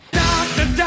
doctor